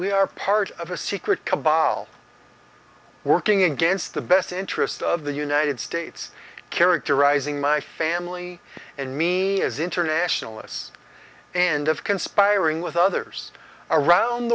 we are part of a secret cabal working against the best interest of the united states characterizing my family and me as internationalists and of conspiring with others around